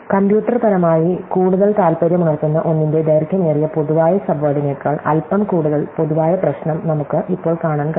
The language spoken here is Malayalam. കമ്പ്യൂട്ടർപരമായി കൂടുതൽ താൽപ്പര്യമുണർത്തുന്ന ഒന്നിന്റെ ദൈർഘ്യമേറിയ പൊതുവായ സബ്വേഡിനേക്കാൾ അല്പം കൂടുതൽ പൊതുവായ പ്രശ്നം നമുക്ക് ഇപ്പോൾ കാണാൻ കഴിയും